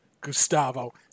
Gustavo